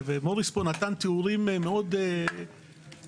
מוריס נתן פה תיאורים מאוד פלסטיים.